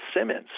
Simmons